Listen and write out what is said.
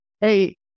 Hey